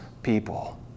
people